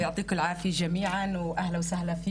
אהלן וסהלן,